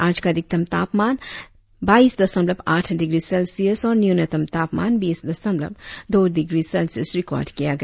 आज का अधिकतम तापमान बाईस दशमलव आठ डिग्री सेल्सियस और न्यूनतम तापमान बीस दशमलव दो डिग्री सेल्सियस रिकार्ड किया गया